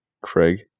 Craig